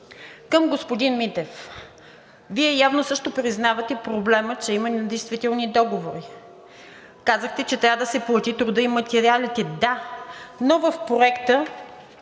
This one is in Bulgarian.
Към господин Митев. Вие явно също признавате проблема, че има недействителни договори. Казахте, че трябва да се плати трудът и материалите. Да, но в Проекта